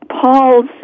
Paul's